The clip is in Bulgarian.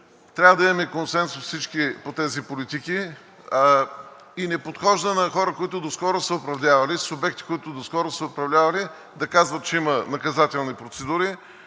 трябва да имаме консенсус всички по тези политики и не подхожда на хора, които доскоро са управлявали, субекти, които доскоро са управлявали, да казват, че има наказателни процедури.